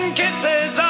kisses